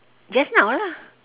just now lah